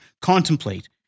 contemplate